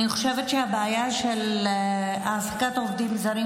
אני חושבת שהבעיה של העסקת עובדים זרים